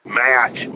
match